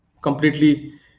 completely